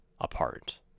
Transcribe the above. apart